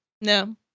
No